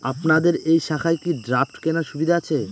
আপনাদের এই শাখায় কি ড্রাফট কেনার সুবিধা আছে?